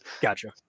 gotcha